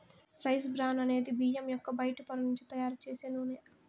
rice bran అనేది బియ్యం యొక్క బయటి పొర నుంచి తయారు చేసే నూనె